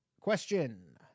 question